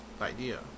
idea